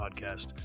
podcast